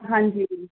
ਹਾਂਜੀ